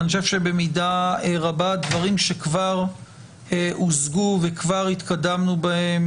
אני חושב שבמידה רבה דברים שכבר הושגו וכבר התקדמנו בהם